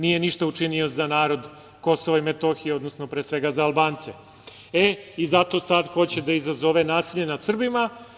Nije ništa učinio za narod Kosova i Metohije, odnosno pre svega za Albance, zato sad hoće da izazove nasilje nad Srbima.